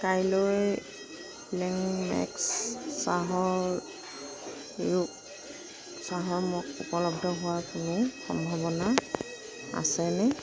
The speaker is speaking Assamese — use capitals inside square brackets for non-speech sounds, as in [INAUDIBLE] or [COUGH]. কাইলৈ ব্লিংক মেক্স চাহৰ [UNINTELLIGIBLE] চাহৰ মগ উপলব্ধ হোৱাৰ কোনো সম্ভাৱনা আছেনে